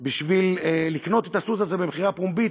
בשביל לקנות את הסוס הזה במכירה פומבית.